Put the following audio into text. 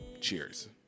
cheers